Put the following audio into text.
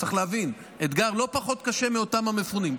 צריך להבין, אתגר לא פחות קשה מאותם המפונים.